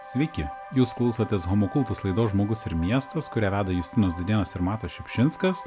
sveiki jūs klausotės homo kultus laidos žmogus ir miestas kurią veda justinas dūdėnas ir matas šiupšinskas